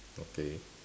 okay